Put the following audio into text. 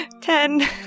Ten